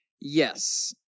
Yes